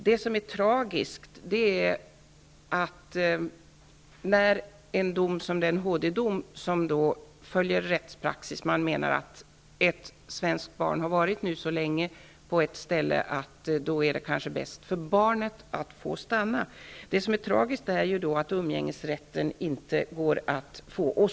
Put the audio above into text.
Det tragiska i detta fall -- där HD-domen följer rättspraxis och man menar att ett svenskt barn nu har varit så länge på ett ställe att det kanske är bäst för barnet att få stanna -- är att umgängesrätten inte går att utöva.